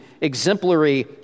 exemplary